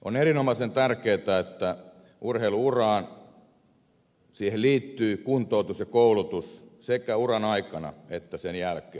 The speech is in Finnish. on erinomaisen tärkeätä että urheilu uraan liittyy kuntoutus ja koulutus sekä uran aikana että sen jälkeen